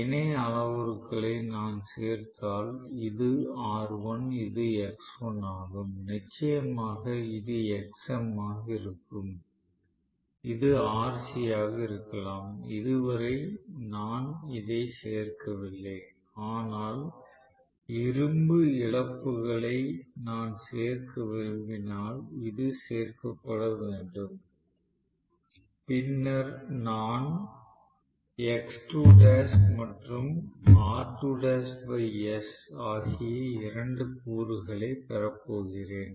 இணை அளவுருக்களை நான் சேர்த்தால் இது R1 இது X1 ஆகும் நிச்சயமாக இது Xm ஆக இருக்கும் இது Rc ஆக இருக்கலாம் இதுவரை நான் இதை சேர்க்கவில்லை ஆனால் இரும்பு இழப்புகளை நான் சேர்க்க விரும்பினால் இது சேர்க்கப்பட வேண்டும் பின்னர் நான் மற்றும் s ஆகிய இரண்டு கூறுகளை பெறப்போகிறேன்